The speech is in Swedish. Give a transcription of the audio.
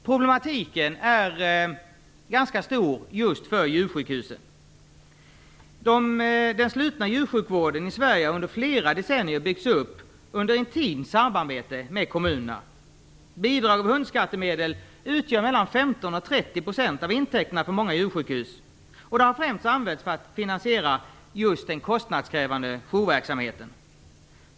Problemen är ganska stora just för djursjukhusen. Den slutna djursjukvården i Sverige har under flera decennier byggts upp i intimt samarbete med kommunerna. Bidrag genom hundskattemedel utgör mellan 15 % och 30 % av intäkterna för många djursjukhus och har främst använts till att finansiera den kostnadskrävande jourverksamheten.